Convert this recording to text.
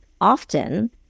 often